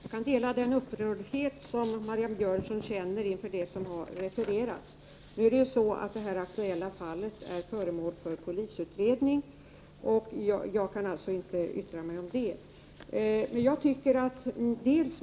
Herr talman! Jag delar den upprördhet som Marianne Jönsson känner inför det som har refererats. Det aktuella fallet är föremål för polisutredning, och jag kan alltså inte yttra mig i ärendet.